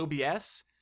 OBS